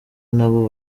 nabo